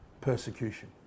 persecution